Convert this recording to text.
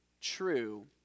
true